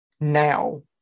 Now